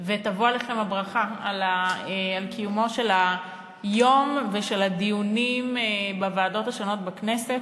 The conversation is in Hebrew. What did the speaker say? תבוא עליכם הברכה על קיומו של היום ועל הדיונים בוועדות השונות בכנסת.